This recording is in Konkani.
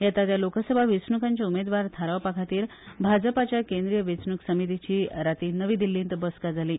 येता त्या लोकसभा वेचणूकांचे उमेदवार थारावपाखातीर भाजपाच्या केंद्रीय वेचणूक समितीची राती नवी दिल्लीत बसका जाली